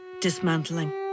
dismantling